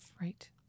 Right